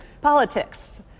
politics